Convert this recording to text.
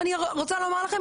אני רוצה לומר לכם,